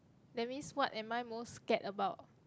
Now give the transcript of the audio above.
that means what am I most scared about